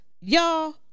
y'all